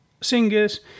singers